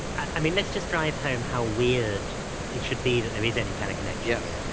i mean let's just drive home how weird it should be that there is any kind of connection yeah yeah